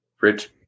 Rich